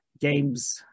games